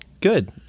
Good